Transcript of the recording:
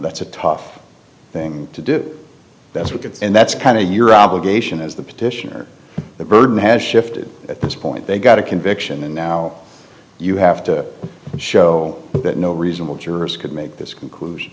that's a tough thing to do that's what it's and that's kind of your obligation as the petitioner the burden has shifted at this point they got a conviction and now you have to show that no reasonable jurors could make this conclusion